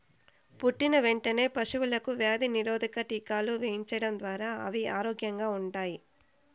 పుట్టిన వెంటనే పశువులకు వ్యాధి నిరోధక టీకాలు వేయించడం ద్వారా అవి ఆరోగ్యంగా ఉంటాయి